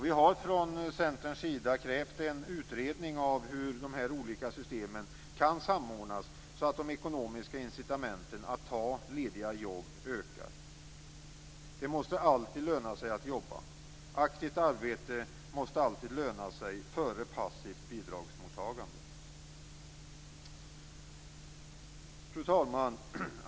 Vi har från centerns sida krävt en utredning av hur dessa olika system kan samordnas så att de ekonomiska incitamenten för att ta lediga jobb ökar. Det måste alltid löna sig att jobba. Aktivt arbete måste alltid löna sig före passivt bidragsmottagande. Fru talman!